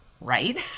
right